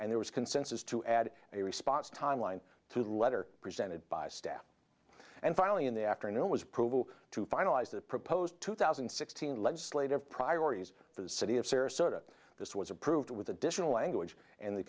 and there was consensus to add a response timeline to the letter presented by staff and finally in the afternoon was approval to finalize the proposed two thousand and sixteen legislative priorities for the city of sarasota this was approved with additional language and the